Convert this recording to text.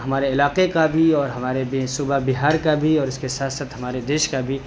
ہمارے علاقے کا بھی اور ہمارے صوبہ بہار کا بھی اور اس کے ساتھ ساتھ ہمارے دیس کا بھی